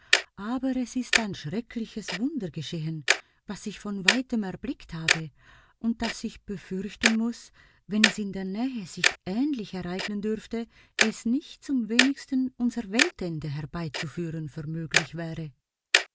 aber es ist ein schreckliches wunder geschehen was ich von weitem erblickt habe und das ich befürchten mußte wenn es in der nähe sich ähnlich ereignen dürfte es nicht zum wenigsten unser weltende herbeizuführen vermöglich wäre